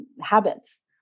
habits